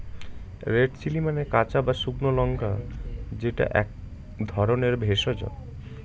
red chilli মানে কাঁচা বা শুকনো লঙ্কা যেটা এক ধরনের ভেষজ